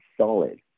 solid